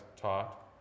taught